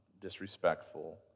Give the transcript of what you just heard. disrespectful